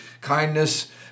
kindness